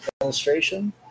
illustration